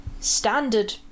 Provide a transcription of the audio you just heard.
standard